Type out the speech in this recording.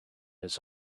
his